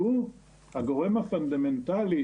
שהוא הגורם הפונדמנטלי,